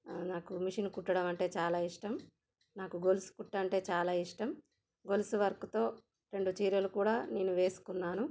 నాకు మిషన్ కుట్టడం అంటే చాలా ఇష్టం నాకు గొలుసు కుట్టు అంటే చాలా ఇష్టం గొలుసు వర్క్తో రెండు చీరలు కూడా నేను వేసుకున్నాను